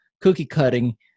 cookie-cutting